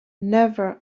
never